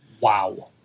wow